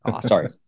Sorry